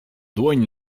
dłoń